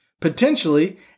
Potentially